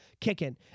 kicking